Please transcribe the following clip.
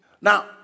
Now